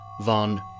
von